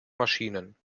maschinen